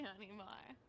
anymore